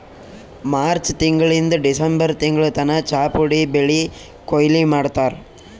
March ತಿಂಗಳಿಂದ್ December ತಿಂಗಳ್ ತನ ಚಾಪುಡಿ ಬೆಳಿ ಕೊಯ್ಲಿ ಮಾಡ್ತಾರ್